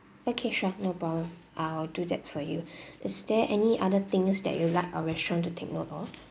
okay sure no problem I'll do that for you is there any other things that you'd like our restaurant to take note of